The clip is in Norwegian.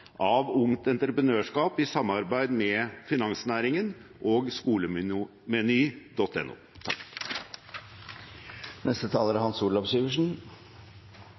av Ungt Entreprenørskap i samarbeid med finansnæringen og